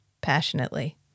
passionately